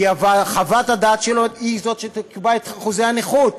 כי חוות הדעת שלו היא שתקבע את אחוזי הנכות,